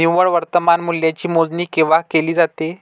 निव्वळ वर्तमान मूल्याची मोजणी केव्हा केली जाते?